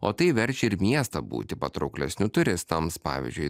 o tai verčia ir miestą būti patrauklesniu turistams pavyzdžiui